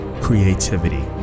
creativity